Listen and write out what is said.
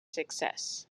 success